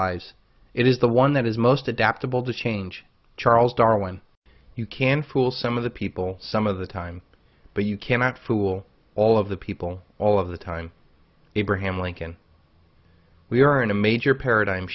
ves it is the one that is most adaptable to change charles darwin you can fool some of the people some of the time but you cannot fool all of the people all of the time abraham lincoln we are in a major paradigm